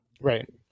Right